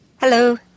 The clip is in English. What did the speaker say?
hello